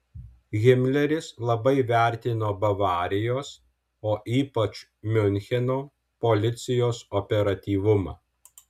himleris labai vertino bavarijos o ypač miuncheno policijos operatyvumą